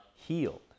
healed